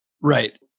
Right